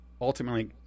ultimately